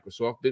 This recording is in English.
Microsoft